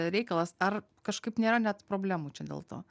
reikalas ar kažkaip nėra net problemų čia dėl to